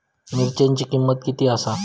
मिरच्यांची किंमत किती आसा?